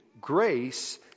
grace